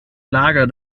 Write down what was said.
lager